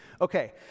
Okay